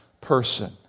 person